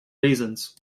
reasons